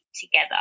together